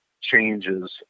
changes